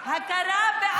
הכרה בעוולות.